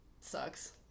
sucks